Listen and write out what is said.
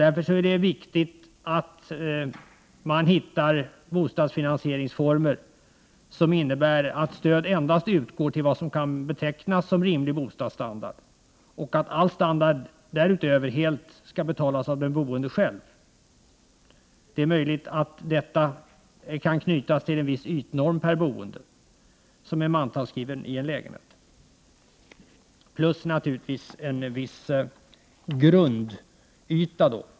Därför är det viktigt att hitta bostadsfinansieringsformer som innebär att stöd endast utgår till vad som kan betecknas som rimlig bostadsstandard och att all standard därutöver helt skall betalas av den boende själv. Det är möjligt att detta kan knytas till en viss ytnorm per boende som är mantalsskriven i en lägenhet — plus naturligtvis en viss grundyta.